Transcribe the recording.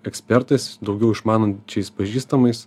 ekspertais daugiau išmanančiais pažįstamais